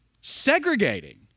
segregating